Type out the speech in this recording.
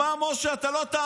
תשמע, תשמע, משה, אתה לא תאמין,